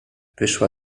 wyszła